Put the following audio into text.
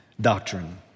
doctrine